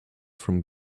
from